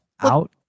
out